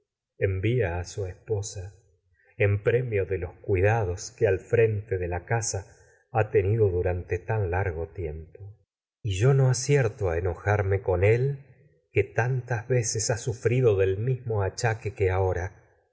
envía a su esposa al frente premio du cuidados que de la casa ha tenido rante tan largo tiempo y yo no acierto a enojarme con él que tantas veces ha sufrido del mismo achaque que ahora